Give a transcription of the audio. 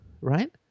right